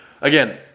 Again